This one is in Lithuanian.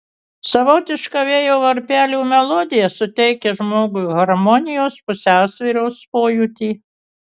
savotiška vėjo varpelių melodija suteikia žmogui harmonijos ir pusiausvyros pojūtį